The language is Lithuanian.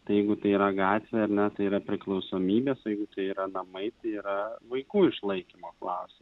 tai jeigu tai yra gatvė ar ne tai yra priklausomybės o jeigu tai yra vaikų išlaikymo klausimas